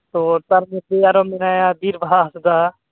ᱛᱚ ᱛᱟᱨᱯᱚᱨᱮ ᱟᱨᱚ ᱢᱮᱱᱟᱭᱟ ᱵᱤᱨᱵᱟᱦᱟ ᱦᱟᱸᱥᱫᱟ